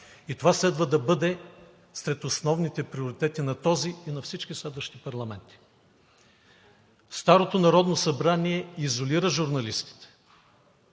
Това следва да бъде сред основните приоритети на този и на всички следващи парламенти. Старото Народно събрание изолира журналистите.